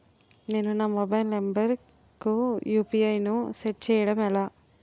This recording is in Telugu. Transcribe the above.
నేను నా మొబైల్ నంబర్ కుయు.పి.ఐ ను సెట్ చేయడం ఎలా?